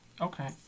Okay